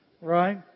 Right